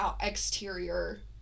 exterior